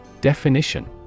Definition